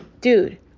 dude